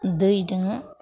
दैजों